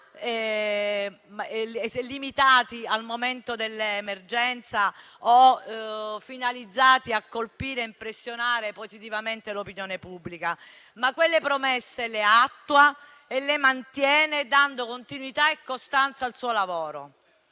limitati al momento dell'emergenza o finalizzati a colpire e impressionare positivamente l'opinione pubblica; ma quelle promesse le attua e le mantiene, dando continuità e costanza al suo lavoro.